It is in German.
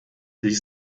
ließ